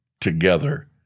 together